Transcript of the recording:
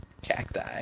Cacti